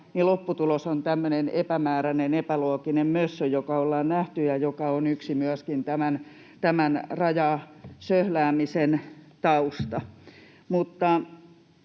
lopputulos on tämmöinen epämääräinen epälooginen mössö, joka ollaan nähty ja joka on myöskin yksi tämän rajasöhläämisen tausta.